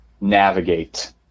navigate